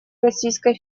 российской